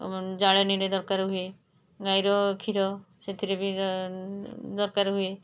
ଆମ ଜାଳେଣିରେ ଦରକାର ହୁଏ ଗାଈର କ୍ଷୀର ସେଥିରେ ବି ଦରକାର ହୁଏ